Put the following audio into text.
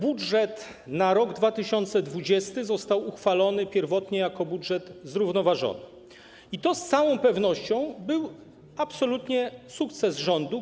Budżet na rok 2020 został uchwalony pierwotnie jako budżet zrównoważony i to z całą pewnością był absolutnie sukces rządu.